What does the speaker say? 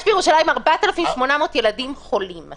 יש בירושלים 4,800 ילדים חולים.